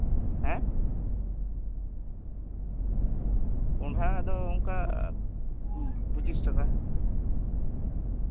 ᱦᱮᱸ ᱠᱚᱱᱰᱷᱟ ᱫᱚ ᱯᱚᱸᱪᱤᱥ ᱴᱟᱠᱟ